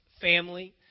family